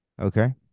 Okay